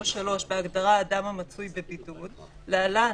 או (3) בהגדרה "אדם המצוי בבידוד" (להלן,